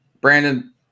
Brandon